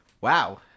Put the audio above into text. Wow